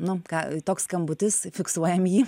na ką toks skambutis fiksuojam jį